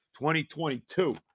2022